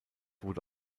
wurde